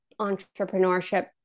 entrepreneurship